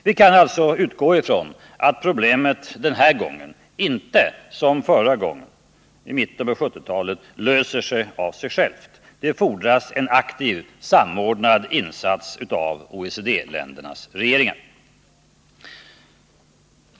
Vi kan alltså utgå från att problemet den här gången som förra gången, i mitten på 1970-talet, inte löser sig av sig självt. Det fordras en aktiv samordnad insats av OECD-ländernas regeringar.